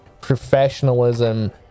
professionalism